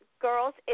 girls